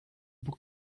book